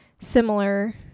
similar